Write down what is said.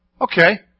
Okay